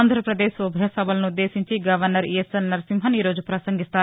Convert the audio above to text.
ఆంధ్రాపదేశ్ ఉభయ సభలను ఉద్దేశించి గవర్నర్ ఇఎస్ఎల్ నరసంహన్ ఈ రోజు పసంగిస్తారు